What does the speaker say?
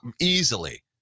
easily